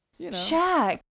Shaq